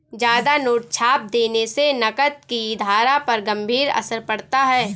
ज्यादा नोट छाप देने से नकद की धारा पर गंभीर असर पड़ता है